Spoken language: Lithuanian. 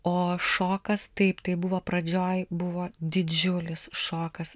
o šokas taip tai buvo pradžioj buvo didžiulis šokas